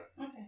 Okay